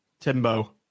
Timbo